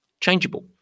Changeable